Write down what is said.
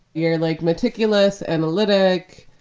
you're like meticulous, analytic,